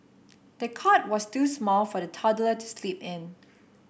the cot was too small for the toddler to sleep in